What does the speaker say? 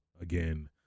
again